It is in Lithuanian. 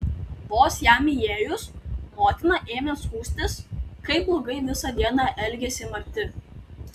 vos jam įėjus motina ėmė skųstis kaip blogai visą dieną elgėsi marti